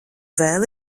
vēl